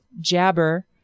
Jabber